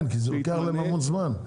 כן, כי ייקח המון זמן.